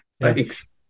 Thanks